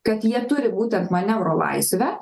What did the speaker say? kad jie turi būtent manevro laisvę